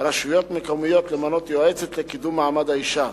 רשויות מקומיות למנות יועצת לקידום מעמד האשה.